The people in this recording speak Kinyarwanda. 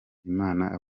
imana